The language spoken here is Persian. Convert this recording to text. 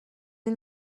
این